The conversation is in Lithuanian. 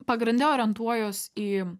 pagrinde orientuojuos į